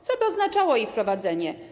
Co by oznaczało jej wprowadzenie?